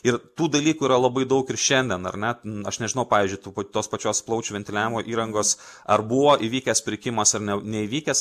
ir tų dalykų yra labai daug ir šiandien ar ne na aš nežinau pavyzdžiui tų pat tos pačios plaučių ventiliavimo įrangos ar buvo įvykęs pirkimas ar ne neįvykęs